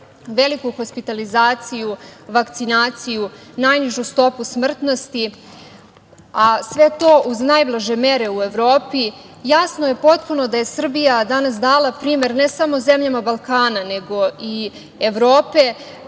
veliku hospitalizaciju, vakcinaciju, najnižu stopu smrtnosti, a sve to uz najblaže meri u Evropi, jasno je potpuno da je Srbija danas dala primer ne samo zemljama Balkana, nego i Evrope,